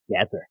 together